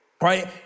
Right